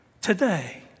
Today